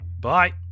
Bye